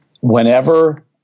whenever